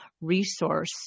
resource